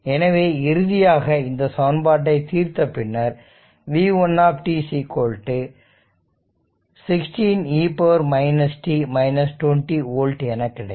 எனவே இறுதியாக இந்த சமன்பாட்டை தீர்த்த பின்னர் v1 t 16 e t 20 volt என கிடைக்கும்